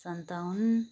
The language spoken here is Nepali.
सन्ताउन